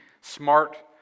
smart